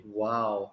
wow